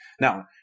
Now